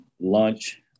launch